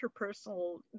interpersonal